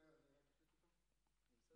הכנסת, אני מחליף עם קרעי.